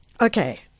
Okay